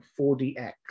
4DX